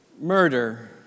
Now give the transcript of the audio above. murder